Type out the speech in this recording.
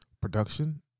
production